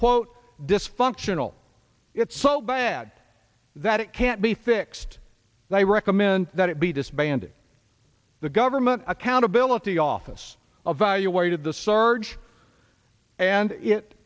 quote dysfunctional it's so bad that it can't be fixed they recommend that it be disbanded the government accountability office of value awaited the surge and it